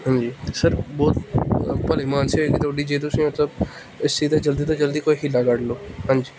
ਹਾਂਜੀ ਸਰ ਬਹੁਤ ਭਲੇਮਾਨਸੀ ਹੋਏਗੀ ਤੁਹਾਡੀ ਜੇ ਤੁਸੀਂ ਮਤਲਬ ਇਸ ਚੀਜ਼ 'ਤੇ ਜਲਦੀ ਤੋਂ ਜਲਦੀ ਕੋਈ ਹੀਲਾ ਕੱਢ ਲਓ ਹਾਂਜੀ